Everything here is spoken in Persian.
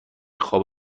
خواب